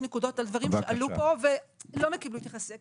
נקודות שעלו פה ולא קיבלו התייחסות.